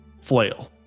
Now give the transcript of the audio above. flail